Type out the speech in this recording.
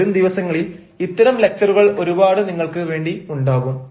വരും ദിവസങ്ങളിൽ ഇത്തരം ലക്ച്ചറുകൾ ഒരുപാട് നിങ്ങൾക്ക് വേണ്ടി ഉണ്ടാകും